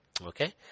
Okay